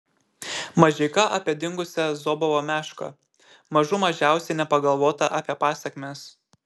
mažeika apie dingusią zobovo mešką mažų mažiausiai nepagalvota apie pasekmes